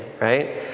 right